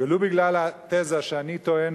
ולו בגלל התזה שאני טוען,